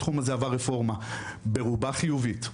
התחום הזה עבר רפורמה ברובה חיובית,